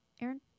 Aaron